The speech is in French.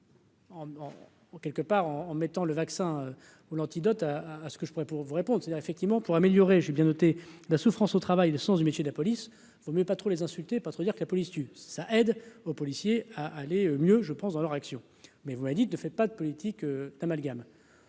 Ou quelque part en en mettant le vaccin ou l'antidote à, à ce que je pourrai pour vous répondent, c'est-à-dire effectivement pour améliorer, j'ai bien noté la souffrance au travail, le sens des métiers de la police, vaut mieux pas trop les insultez pas trop dire que la police tue ça aide aux policiers à aller mieux, je pense, dans leur action, mais vous dites, ne fais pas de politique d'amalgame.